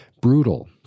brutal